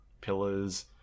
pillars